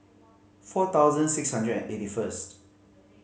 four thousand six hundred and eighty first